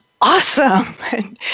awesome